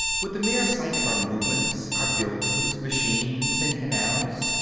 would the mere sight of our movements, our buildings, machines and canals,